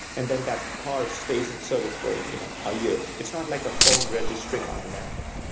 and then that car stays in service for you know a year. it's not like a phone registering on a network.